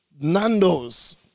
Nando's